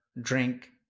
drink